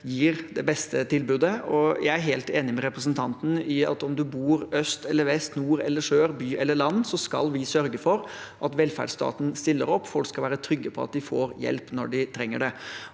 gir det beste tilbudet. Jeg er helt enig med representanten i at enten man bor i øst eller vest, i nord eller sør, i by eller på landet, skal vi sørge for at velferdsstaten stiller opp. Folk skal være trygge på at de får hjelp når de trenger det.